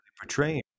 portraying